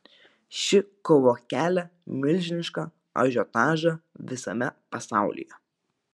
ši kova kelia milžinišką ažiotažą visame pasaulyje